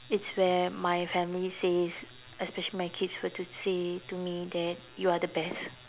it's where my family says especially my kids were say to me that you're the best